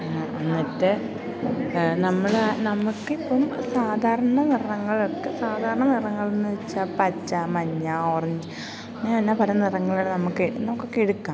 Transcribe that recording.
എന്നാ മറ്റേ നമ്മൾ നമുക്കിപ്പം സാധാരണ നിറങ്ങളൊക്കെ സാധാരണ നിറങ്ങളെന്നു വെച്ചാൽ പച്ച മഞ്ഞ ഓറഞ്ച് അങ്ങനെ പല നിറങ്ങളാണ് നമുക്ക് നമുക്കൊക്കെയെടുക്കാം